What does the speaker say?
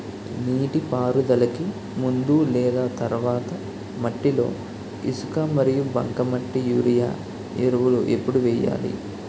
నీటిపారుదలకి ముందు లేదా తర్వాత మట్టిలో ఇసుక మరియు బంకమట్టి యూరియా ఎరువులు ఎప్పుడు వేయాలి?